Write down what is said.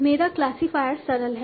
मेरा क्लासिफायर सरल है